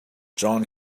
john